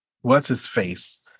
what's-his-face